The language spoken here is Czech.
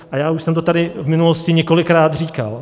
A já už jsem to tady v minulosti několikrát říkal.